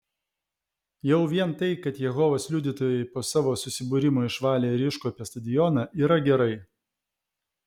jau vien tai kad jehovos liudytojai po savo susibūrimo išvalė ir iškuopė stadioną yra gerai